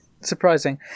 surprising